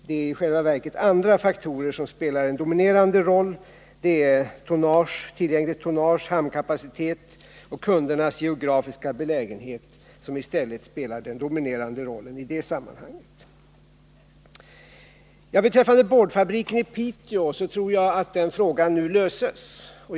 Det är i själva verket andra faktorer som spelar den dominerande rollen: tillgängligt tonnage, hamnkapacitet och kundernas geografiska belägenhet. Beträffande boardfabriken i Piteå tror jag att den frågan nu kommer att lösas.